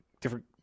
different